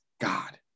God